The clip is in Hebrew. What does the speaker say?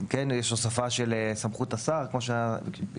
כן יש הוספה של סמכות השר כמו שהוספנו.